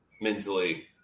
mentally